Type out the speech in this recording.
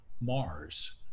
Mars